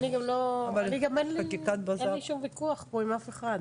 אין לי שום ויכוח פה עם אף אחד,